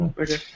Okay